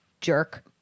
jerk